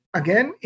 again